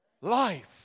life